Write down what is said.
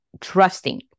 trusting